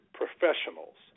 professionals